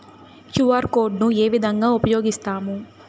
QR code ను ఏ విధంగా ఉపయగిస్తాము?